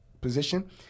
position